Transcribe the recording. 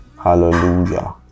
Hallelujah